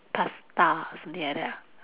pasta something like that ah